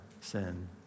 sin